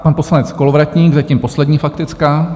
Pan poslanec Kolovratník, zatím poslední faktická.